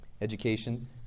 Education